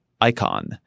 icon